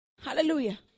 Hallelujah